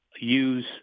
use